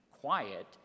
quiet